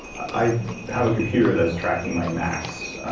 i have a computer that's tracking my max,